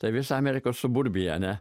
tai visa amerikos suburbija ane